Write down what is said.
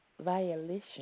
violation